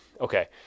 Okay